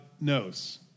knows